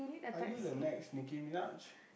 are you the next Nicki-Minaj